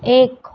એક